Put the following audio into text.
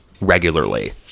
regularly